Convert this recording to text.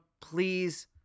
please